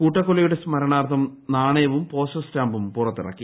കൂട്ടക്കൊലയുടെ സ്മരണാർത്ഥം നാണയവും പോസ്റ്റൽ സ്റ്റാമ്പും പുറത്തിറക്കി